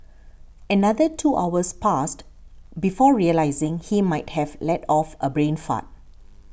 another two hours passed before realising he might have let off a brain fart